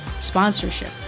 sponsorship